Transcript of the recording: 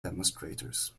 demonstrators